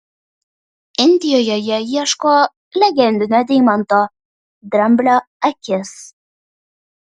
indijoje jie ieško legendinio deimanto dramblio akis